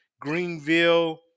Greenville